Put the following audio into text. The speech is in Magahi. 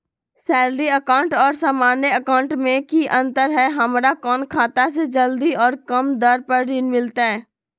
सैलरी अकाउंट और सामान्य अकाउंट मे की अंतर है हमरा कौन खाता से जल्दी और कम दर पर ऋण मिलतय?